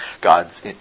God's